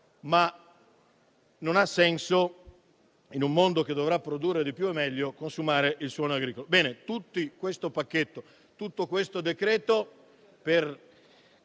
ma non ha senso, in un mondo che dovrà produrre di più è meglio, consumare il suolo agricolo.